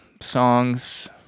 songs